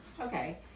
okay